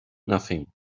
nothing